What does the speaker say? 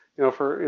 you know, for, you